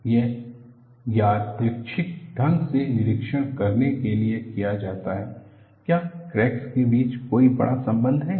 यह यादृच्छिक ढंग से निरीक्षण करने के लिए किया जाता है क्या क्रैक के बीच कोई बड़ा संबंध है